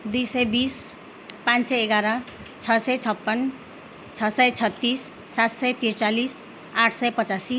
दुई सय बिस पाँच सय एघार छ सय छप्पन छ सय छत्तिस सात सय त्रिचालिस आठ सय पचासी